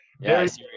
yes